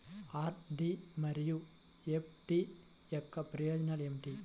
RD మరియు FD యొక్క ప్రయోజనాలు ఏమిటి?